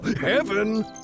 Heaven